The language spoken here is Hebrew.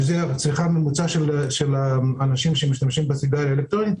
שזו צריכה ממוצעת של אנשים שמשתמשים בסיגריה אלקטרונית.